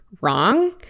wrong